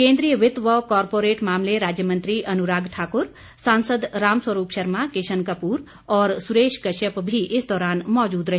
केंद्रीय वित्त व कारपोरेट मामले राज्य मंत्री अनुराग ठाकुर सांसद रामस्वरूप शर्मा किशन कपूर और सुरेश कश्यप भी इस दौरान मौजूद रहे